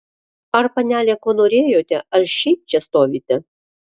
ar panelė ko norėjote ar šiaip čia stovite